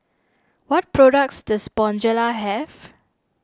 what products does Bonjela have